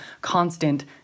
constant